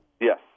Yes